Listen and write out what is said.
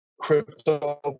crypto